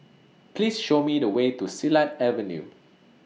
Please Show Me The Way to Silat Avenue